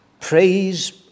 Praise